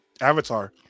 avatar